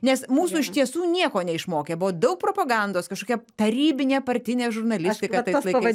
nes mūsų iš tiesų nieko neišmokė buvo daug propagandos kažkokia tarybinė partinė žurnalistika tais laikais